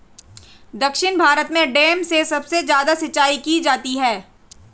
दक्षिण भारत में डैम से सबसे ज्यादा सिंचाई की जाती है